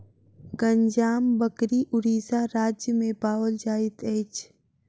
गंजाम बकरी उड़ीसा राज्य में पाओल जाइत अछि